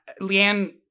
Leanne